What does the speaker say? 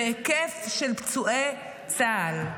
בהיקף של פצועי צה"ל.